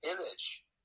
image